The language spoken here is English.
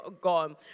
gone